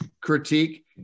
critique